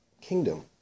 kingdom